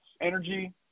energy